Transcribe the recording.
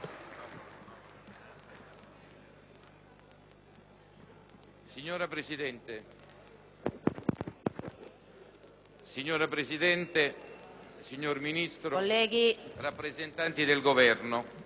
Signora Presidente, signor Ministro, rappresentanti del Governo, colleghi senatori,